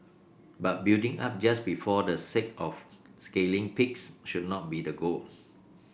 but building up just before the sake of scaling peaks should not be the goal